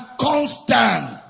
constant